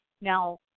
Now